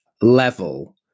level